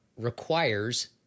requires